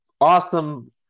Awesome